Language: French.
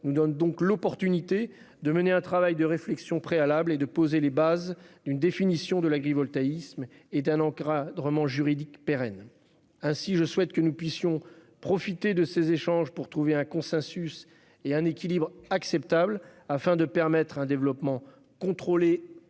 nous donne donc l'opportunité de mener un travail de réflexion préalable et de poser les bases d'une définition de l'agrivoltaïsme et d'un encadrement juridique pérenne. Aussi, je souhaite que nous puissions profiter de ces échanges pour trouver un consensus et un équilibre acceptable afin de permettre un développement contrôlé